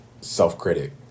self-critic